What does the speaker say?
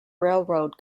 railroad